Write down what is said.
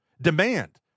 Demand